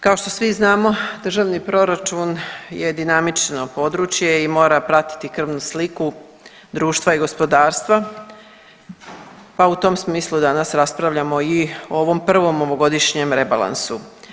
Kao što svi znamo, državni proračun je dinamično područje i mora pratiti krvnu sliku društva i gospodarstva, pa u tom smislu danas raspravljamo i o ovom prvom ovogodišnjem rebalansu.